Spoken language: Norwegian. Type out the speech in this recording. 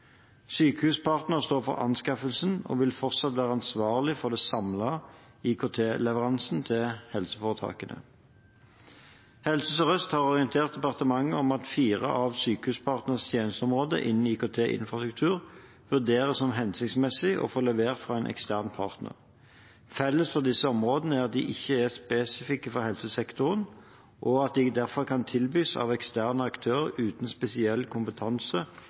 Sykehuspartner står for anskaffelsen og vil fortsatt være ansvarlig for de samlede IKT-leveransene til helseforetakene. Helse Sør-Øst har orientert departementet om at fire av Sykehuspartners tjenesteområder innen IKT-infrastruktur vurderes som hensiktsmessige å få levert fra en ekstern partner. Felles for disse områdene er at de ikke er spesifikke for helsesektoren, og at de derfor kan tilbys av eksterne aktører uten spesiell kompetanse